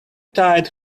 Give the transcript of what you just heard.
tied